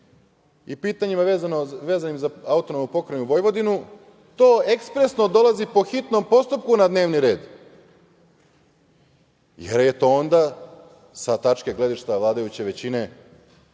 i pitanjima vezanim za AP Vojvodinu, to ekspresno dolazi po hitnom postupku na dnevni red, jer je to onda sa tačke gledišta vladajuće većine